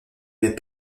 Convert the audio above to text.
met